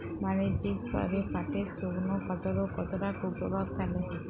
বাণিজ্যিক স্তরে পাটের শুকনো ক্ষতরোগ কতটা কুপ্রভাব ফেলে?